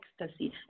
ecstasy